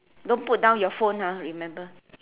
don't put down your phone ah remember